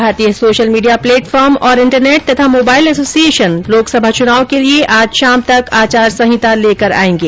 भारतीय social media platform तथा internet और मोबाइल एसोसिएशन लोकसभा चुनाव के लिए आज शाम तक आचार संहिता लेकर आएंगे